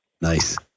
Nice